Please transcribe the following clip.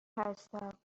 هستم